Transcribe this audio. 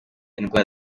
indwara